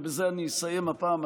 ובזה אני אסיים הפעם,